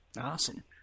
Awesome